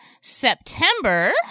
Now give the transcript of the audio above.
September